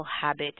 habit